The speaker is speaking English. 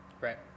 right